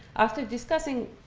after discussing